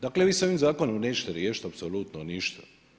Dakle, vi sa ovim zakonom nećete riješit apsolutno ništa.